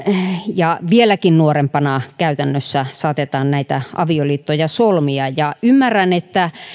ja vieläkin nuorempana käytännössä saatetaan näitä avioliittoja solmia ymmärrän että